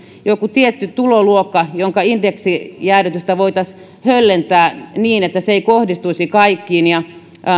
joku tietty tuloluokka jonka indeksijäädytystä voitaisiin höllentää niin että se ei kohdistuisi kaikkiin ja